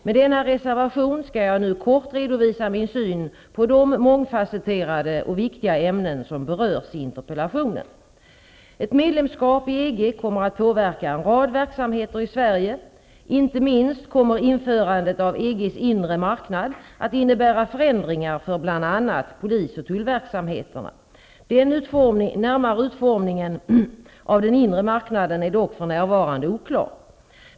Med denna reservation skall jag nu kort redovisa min syn på de mångfacetterade och viktiga ämnen som berörs i interpellationen. Ett medlemskap i EG kommer att påverka en rad verksamheter i Sverige. Inte minst kommer införandet av EG:s inre marknad att innebära förändringar för bl.a. polis och tullverksamheterna. Den närmare utformningen av den inre marknaden är dock för närvarande oklar.